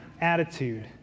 attitude